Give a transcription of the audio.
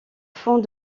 fond